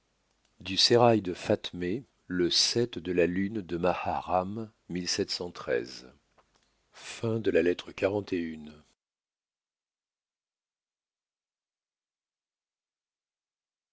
du sérail de fatmé le de la lune de maharram